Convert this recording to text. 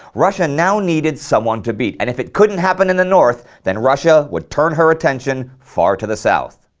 russia now needed someone to beat and if it couldn't happen in the north, then russia would turn her attention far to the south.